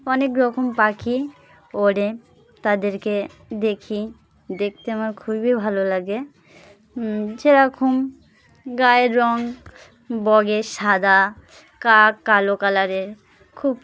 অনেক রকম পাখি ওড়ে তাদেরকে দেখি দেখতে আমার খুবই ভালো লাগে যেরকম গায়ের রঙ বকের সাদা কাক কালো কালারের খুব